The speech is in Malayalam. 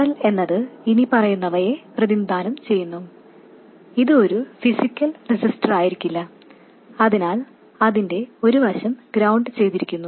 RL എന്നത് ഇനിപ്പറയുന്നവയെ പ്രതിനിധാനം ചെയ്യുന്നു അത് ഒരു ഫിസിക്കൽ റെസിസ്റ്ററായിരിക്കില്ല അതിനാൽ അതിന്റെ ഒരു വശം ഗ്രൌണ്ട് ചെയ്തിരിക്കുന്നു